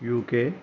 UK